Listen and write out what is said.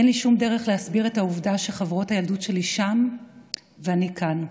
אין לי שום דרך להסביר את העובדה שחברות הילדות שלי שם ואני כאן.